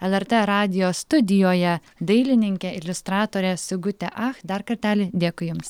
lrt radijo studijoje dailininkė iliustratorė sigutė ach dar kartelį dėkui jums